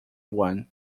one